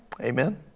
Amen